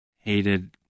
hated